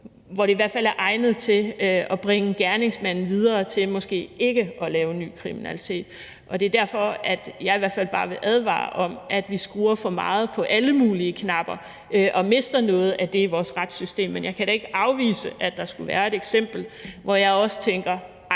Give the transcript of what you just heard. så de i hvert fald er egnet til at bringe gerningsmanden videre til måske ikke at lave ny kriminalitet. Det er derfor, jeg i hvert fald bare vil advare mod, at vi skruer for meget på alle mulige knapper og mister noget af det i vores retssystem. Men jeg kan da ikke afvise, at der skulle kunne være et eksempel, hvor jeg også tænker: